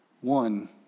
One